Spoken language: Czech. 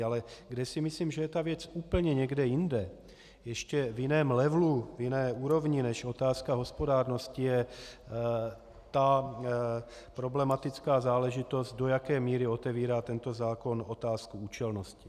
Ale kde si myslím, že je ta věc úplně někde jinde, ještě v jiném levelu, v jiné úrovni než otázka hospodárnosti, je ta problematická záležitost, do jaké míry otevírá tento zákon otázku účelnosti.